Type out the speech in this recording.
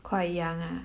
quite young ah